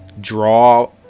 draw